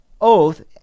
oath